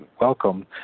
welcome